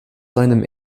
seinem